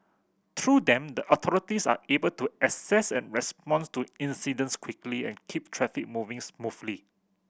through them the authorities are able to assess and responds to incidents quickly and keep traffic moving smoothly